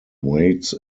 waits